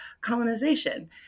colonization